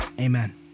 Amen